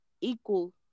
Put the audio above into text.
equal